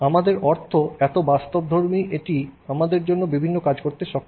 আমার অর্থ এত বাস্তবধর্মী এবং এটি আমাদের জন্য বিভিন্ন কাজ করতে সক্ষম